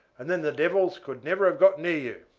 and then the devils could never got near you.